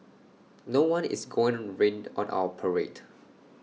no one is gonna rain on our parade